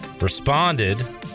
responded